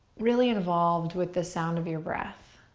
really involved with the sound of your breath.